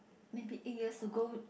maybe eight years ago